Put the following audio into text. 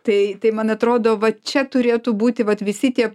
tai tai man atrodo va čia turėtų būti vat visi tie